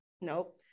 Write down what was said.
Nope